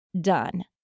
done